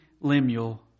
Lemuel